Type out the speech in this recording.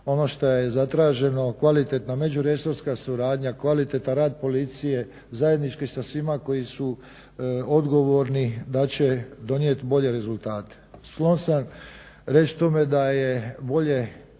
ono što je zatraženo kvalitetna među resorska suradnja, kvalitetan rad policije zajednički sa svima koji su odgovorni da će donijeti bolje rezultate. Sklon sam reći tome da je bolje